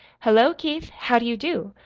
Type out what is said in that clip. hullo, keith, how do you do?